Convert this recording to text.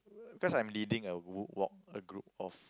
cause I am leading a w~ walk a group of